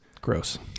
Gross